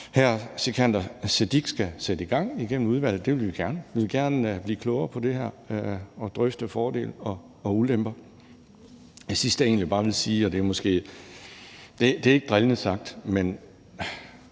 skal sætte i gang igennem udvalget. Det vil vi gerne. Vi vil gerne blive klogere på det her og drøfte fordele og ulemper. Det sidste, jeg egentlig bare vil sige, og det er ikke drillende sagt, men